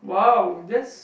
wow that's